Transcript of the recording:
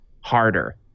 harder